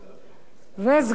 וסגן שר האוצר.